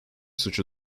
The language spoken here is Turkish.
suçu